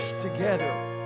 together